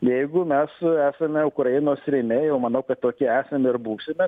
jeigu mes esame ukrainos rėmėjai o manau kad tokie esam ir būsime